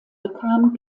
bekam